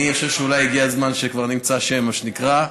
אני חושב שאולי הגיע הזמן שכבר נמצא שם, מה שנקרא.